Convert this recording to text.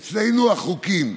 אצלנו, החוקים,